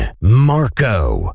Marco